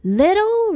little